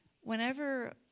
Whenever